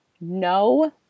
no